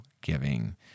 giving